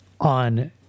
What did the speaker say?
on